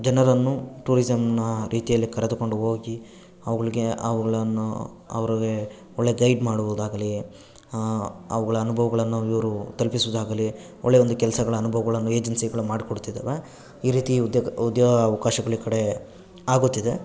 ಜನರನ್ನು ಟೂರಿಝಮ್ನ ರೀತಿಯಲ್ಲಿ ಕರೆದುಕೊಂಡು ಹೋಗಿ ಅವ್ಗಳಿಗೆ ಅವುಗಳನ್ನು ಅವ್ರಿಗೆ ಒಳ್ಳೆ ಗೈಡ್ ಮಾಡುವುದಾಗಲಿ ಅವುಗಳ ಅನುಭವ್ಗಳನ್ನು ಇವರು ತಲುಪಿಸೋದಾಗಲಿ ಒಳ್ಳೆ ಒಂದು ಕೆಲಸಗಳ ಅನುಭವಗಳನ್ನು ಏಜೆನ್ಸಿಗಳು ಮಾಡ್ಕೊಡ್ತಿದ್ದಾವೆ ಈ ರೀತಿ ಉದ್ಯೋಗ ಉದ್ಯೋ ಅವಕಾಶಗಳಿ ಕಡ್ಮೆ ಆಗುತ್ತಿದೆ